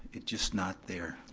it's just not there.